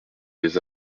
des